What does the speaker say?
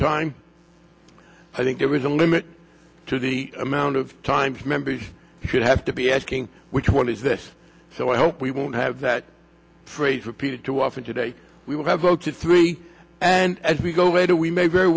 time i think there is a limit to the amount of times members should have to be asking which one is this so i hope we won't have that phrase repeated too often today we will have voted three and as we go later we may very